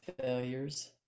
failures